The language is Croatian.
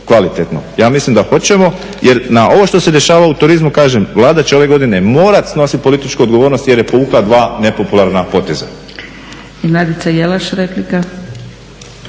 Ja mislim da hoćemo jer na ovo što se dešava u turizmu, kažem Vlada će ove godine morati snositi političku odgovornost jer je povukla dva nepopularna poteza.